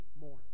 more